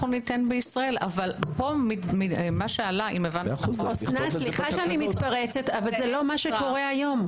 ניתן בישראל אבל מה שעלה- -- אבל זה לא מה שקורה היום.